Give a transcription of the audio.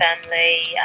family